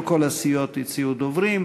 לא כל הסיעות הציעו דוברים.